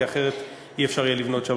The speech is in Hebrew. כי אחרת לא יהיה אפשר לבנות שם,